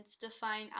define